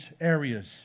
areas